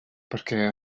perquè